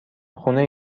خونه